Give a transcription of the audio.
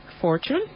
fortune